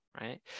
right